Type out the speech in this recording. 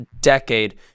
decade